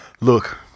Look